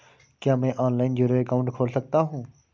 क्या मैं online zero account खोल सकता हूँ?